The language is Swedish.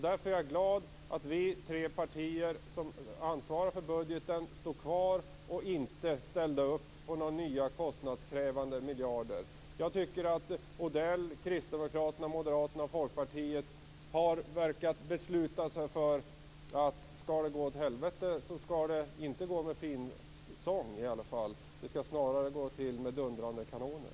Därför är jag glad att vi tre partier som ansvarar för budgeten står kvar och inte ställde upp på nya kostnadskrävande miljarder. Som jag ser det verkar Mats Odell och Kristdemokraterna, liksom Moderaterna och Folkpartiet, ha beslutat sig för att det om det skall gå åt helvete i alla fall inte skall ske med fin sång. Snarare skall det ske med dundrande kanoner.